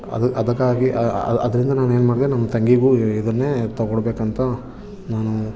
ಅದು ಅದಕ್ಕಾಗಿ ಅದರಿಂದ ನಾನು ಏನ್ಮಾಡಿದೆ ನಮ್ಮ ತಂಗಿಗೂ ಇದನ್ನೇ ತಗೊಳ್ಬೇಕಂತ ನಾನು